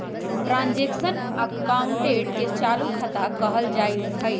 transaction अकाउंटे के चालू खता कहल जाइत हइ